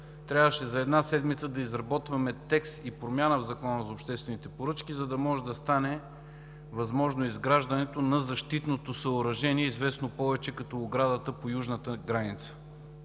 когато за една седмица трябваше да изработваме текст, промяна в Закона за обществените поръчки, за да стане възможно изграждането на защитното съоръжение, известно повече като „оградата по южната граница”.